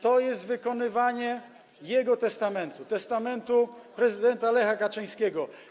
To jest wykonywanie jego testamentu, testamentu prezydenta Lecha Kaczyńskiego.